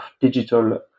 digital